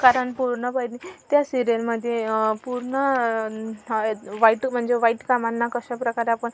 कारण पूर्णपणे त्या सिरीयलमध्ये पूर्ण वाईट म्हणजे वाईट कामांना कशा प्रकारे आपण